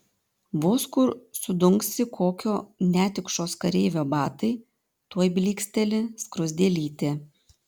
vos kur sudunksi kokio netikšos kareivio batai tuoj blyksteli skruzdėlytė